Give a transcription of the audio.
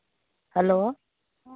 hello